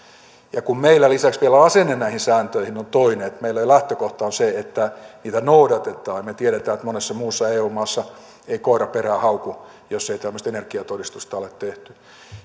ja kun meillä lisäksi vielä asenne näihin sääntöihin on toinen meillä lähtökohta on se että niitä noudatetaan ja me tiedämme että monessa muussa eu maassa ei koira perään hauku jos ei tämmöistä energiatodistusta ole tehty